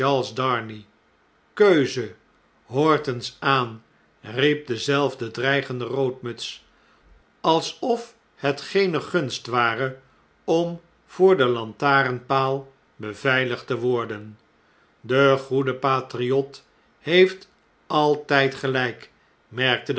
darnay keuze hoort eens aan riep dezelfde dreigende roodmuts alsof het geene gunst ware om voor den lantarenpaal beveiligd te worden de goede patriot heeft alt jdgeh jk merkte